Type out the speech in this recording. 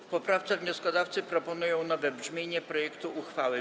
W poprawce wnioskodawcy proponują nowe brzmienie projektu uchwały.